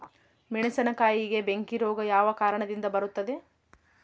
ಮೆಣಸಿನಕಾಯಿಗೆ ಬೆಂಕಿ ರೋಗ ಯಾವ ಕಾರಣದಿಂದ ಬರುತ್ತದೆ?